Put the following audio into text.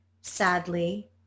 sadly